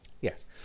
Yes